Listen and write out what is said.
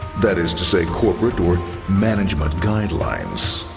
that is to say, corporate or management guidelines.